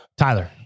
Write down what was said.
Tyler